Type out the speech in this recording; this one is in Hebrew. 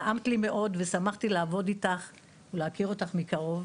נעמת לי מאוד ושמחתי לעבוד איתך ולהכיר אותך מקרוב.